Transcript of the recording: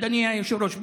אדוני היושב-ראש.